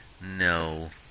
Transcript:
No